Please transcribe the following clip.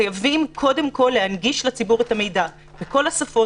חייבים קודם כול להנגיש לציבור את המידע בכל השפות,